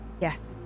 Yes